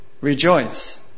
rejoice